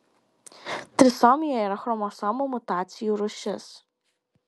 trisomija yra chromosomų mutacijų rūšis